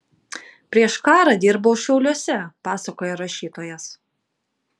prieš karą dirbau šiauliuose pasakoja rašytojas